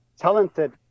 talented